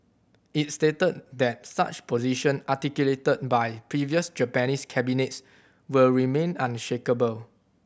it stated that such position articulated by previous Japanese cabinets will remain unshakeable